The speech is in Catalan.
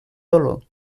dolor